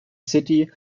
city